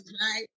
right